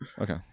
Okay